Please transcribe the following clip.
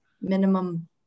minimum